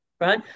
right